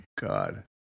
God